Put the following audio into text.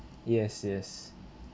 yes yes